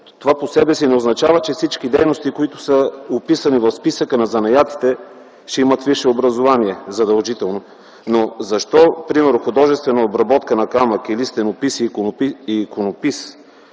Това по себе си не означава, че всички дейности, които са описани в списъка на занаятите, имат висше образование задължително. Но защо примерно художествена обработка на камък или стенопис и иконопис,